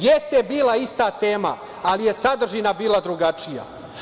Jeste bila ista tema, ali je sadržina bila drugačija.